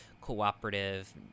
cooperative